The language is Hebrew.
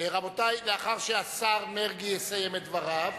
רבותי, לאחר שהשר מרגי יסיים את דבריו,